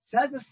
Says